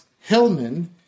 Hillman